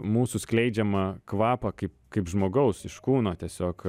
mūsų skleidžiamą kvapą kaip kaip žmogaus iš kūno tiesiog